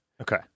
Okay